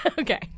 Okay